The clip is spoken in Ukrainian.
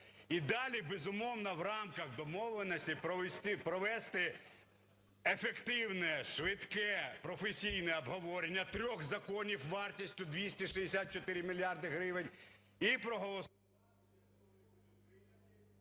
І далі, безумовно, в рамках домовленостей провести ефективне, швидке, професійне обговорення трьох законів вартістю 264 мільярди гривень і проголосувати...